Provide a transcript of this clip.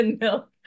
milk